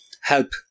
help